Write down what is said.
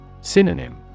Synonym